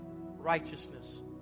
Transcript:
righteousness